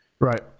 Right